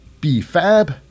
B-Fab